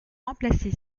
remplacer